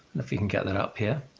and if we can get that up here.